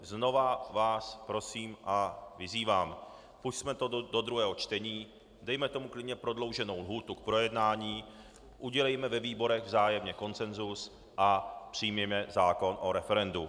Znovu vás prosím a vyzývám pusťme to do druhého čtení, dejme tomu klidně prodlouženou lhůtu k projednání, udělejme ve výborech vzájemně konsensus a přijměme zákon o referendu.